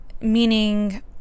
Meaning